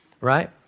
Right